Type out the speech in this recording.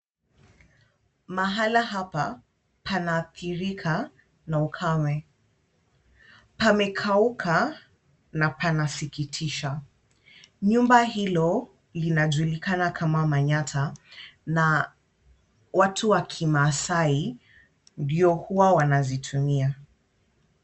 Mahala hapa, panaathirika na ukame. Pamekauka na panasikitisha. Nyumba hilo linajulikana kama manyatta , na watu wa kimaasai ndio huwa wanazitumia.